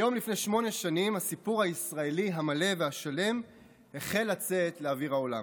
היום לפני שמונה שנים הסיפור הישראלי המלא והשלם החל לצאת לאוויר העולם.